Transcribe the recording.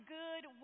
good